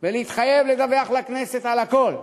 ולדווח לכנסת על הכול.